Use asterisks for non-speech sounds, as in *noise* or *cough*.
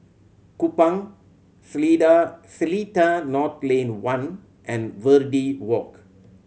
Kupang *unintelligible* Seletar North Lane One and Verde Walk